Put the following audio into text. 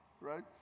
right